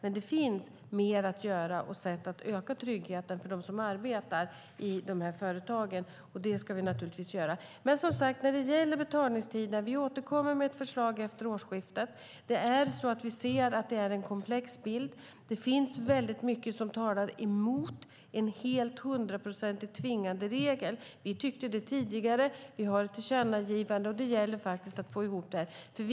Men det finns mer att göra för att öka tryggheten för dem som arbetar i de företagen, och det ska vi naturligtvis ta fasta på. När det gäller betalningstiderna återkommer vi med förslag efter årsskiftet. Bilden är komplex. Det finns mycket som talar emot en hundraprocentigt tvingande regel. Vi tyckte det tidigare. Nu har vi ett tillkännagivande och det gäller att få ihop det hela.